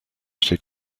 así